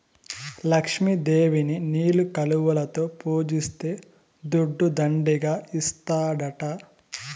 లక్ష్మి దేవిని నీలి కలువలలో పూజిస్తే దుడ్డు దండిగా ఇస్తాడట